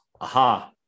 aha